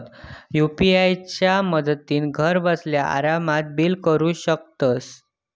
UPI च्या मदतीन घरबसल्या आरामात बिला भरू शकतंस